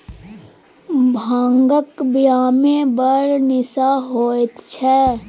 भांगक बियामे बड़ निशा होएत छै